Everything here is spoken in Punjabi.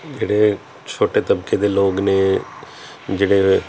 ਜਿਹੜੇ ਛੋਟੇ ਤਬਕੇ ਦੇ ਲੋਕ ਨੇ ਜਿਹੜੇ